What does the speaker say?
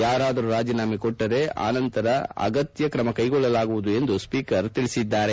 ಯಾರಾದರೂ ರಾಜೀನಾಮೆ ಕೊಟ್ಟರೆ ಆನಂತರ ಅಗತ್ತ್ ಕ್ರಮ ಕೈಗೊಳ್ಳಲಾಗುವುದು ಎಂದು ಸ್ವೀಕರ್ ಹೇಳಿದ್ದಾರೆ